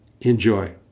Enjoy